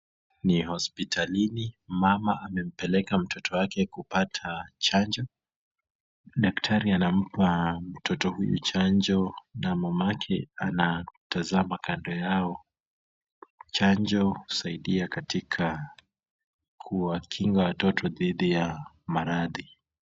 Ni hospitalini, mama anampeleka mtoto wake kupata chanjo. Daktari anampa mtoto huyu chanjo na mamake anatazama kando yao. Chanjo husaidia katika kuwakinga watoto dhidi ya maradhi.